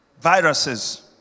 Viruses